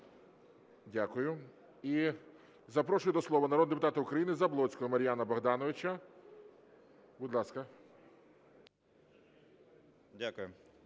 Дякую. Запрошую до слова народного депутата України Заблоцького Мар'яна Богдановича, будь ласка.